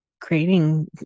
creating